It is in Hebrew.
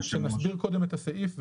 אתה מוכן שנסביר קודם את הסעיף,